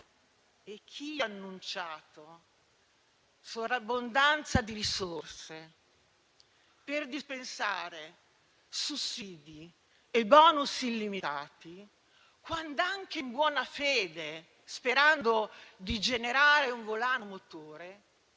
e chi ha annunciato sovrabbondanza di risorse per dispensare sussidi e *bonus* illimitati, quand'anche in buona fede, sperando di generare un volano motore,